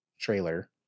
trailer